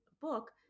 book